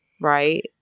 right